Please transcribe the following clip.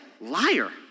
Liar